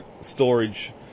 storage